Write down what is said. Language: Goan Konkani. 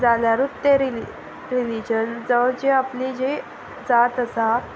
जाल्यारूच तें रिली रिलीजन जावं जी आपली जी जात आसा